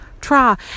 try